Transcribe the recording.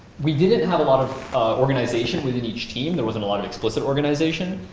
we didn't have a lot of organization within each team. there wasn't a lot of explicit organization.